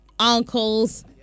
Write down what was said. Uncles